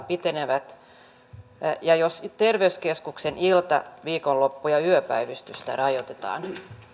pitenevät ja jos terveyskeskuksen ilta viikonloppu ja yöpäivystystä rajoitetaan